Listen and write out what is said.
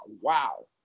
wow